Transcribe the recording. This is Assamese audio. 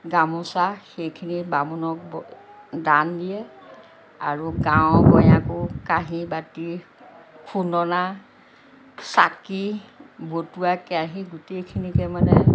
গামোচা সেইখিনি বামুণক ব দান দিয়ে আৰু গাঁৱৰ গঞাকো কাঁহী বাতি খুন্দনা চাকি বতোৱা কেৰাহী গোটেইখিনিকে মানে